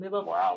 Wow